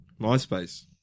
MySpace